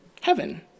heaven